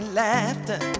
laughter